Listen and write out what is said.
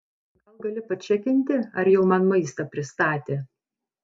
gal gali pačekinti ar jau man maistą pristatė